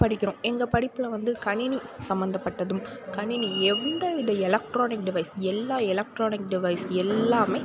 படிக்கிறோம் எங்கள் படிப்பில் வந்து கணினி சம்பந்தப்பட்டதும் கணினி எந்த வித எலக்ட்ரானிக் டிவைஸ் எல்லாம் எலக்ட்ரானிக் டிவைஸ் எல்லாமே